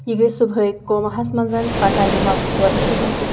یہِ گٔے صُبحٲے کومَہَس منٛز پَتہٕ آے نہٕ واپَس تورٕ کِہیٖنۍ تہِ